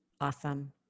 awesome